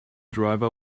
driver